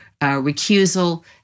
recusal